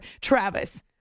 Travis